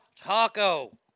Taco